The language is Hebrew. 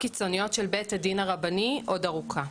קיצוניות של בית הדין הרבני עוד ארוכה.